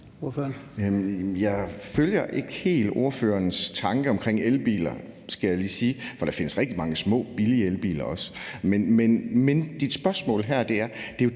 Jeg kan ikke helt følge ordførerens tanke om elbiler, skal jeg lige sige, for der findes også rigtig mange små billige elbiler. Men til dit spørgsmål her vil jeg